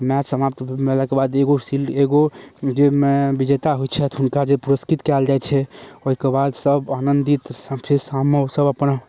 match समाप्त भेलाके बाद एगो शील्ड एगो जाहिमे विजेता होइ छथि हुनका जे पुरस्कृत कएल जाइ छै ओहिकेबाद सब आनन्दित फेर शाममे सभ अपन